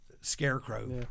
Scarecrow